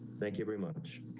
thank you very much.